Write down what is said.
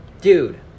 Dude